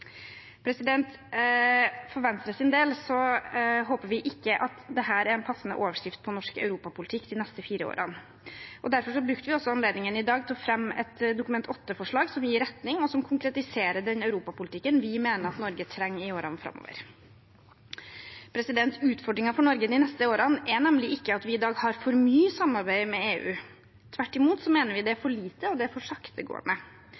For Venstres del håper vi ikke at dette er en passende overskrift på norsk europapolitikk de neste fire årene. Derfor brukte vi også anledningen i dag til å fremme et Dokument 8-forslag som gir retning, og som konkretiserer den europapolitikken vi mener Norge trenger i årene framover. Utfordringen for Norge de neste årene er nemlig ikke at vi i dag har for mye samarbeid med EU. Tvert imot mener vi det er for lite, og det er for saktegående.